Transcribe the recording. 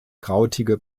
krautige